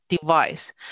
device